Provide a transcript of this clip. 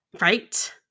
Right